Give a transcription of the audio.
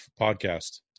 podcast